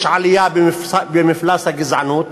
יש עלייה במפלס הגזענות